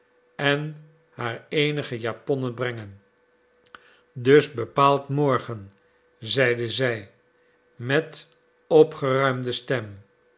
en haar eenige japonnen brengen dus bepaald morgen zeide zij met opgeruimde stem